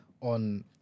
on